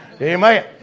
Amen